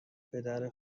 پدر